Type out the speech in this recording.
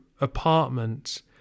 apartment